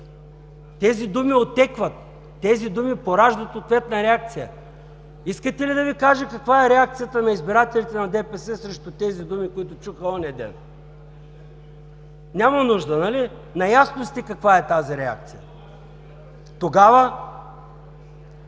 Тези думи отекват! Тези думи пораждат ответна реакция! Искате ли да Ви кажа каква е реакцията на избирателите на ДПС срещу тези думи, които чуха онзи ден? Няма нужда, нали? Наясно сте каква е тази реакция! Тогава?